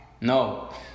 No